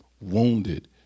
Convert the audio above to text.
wounded